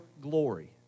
glory